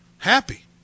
Happy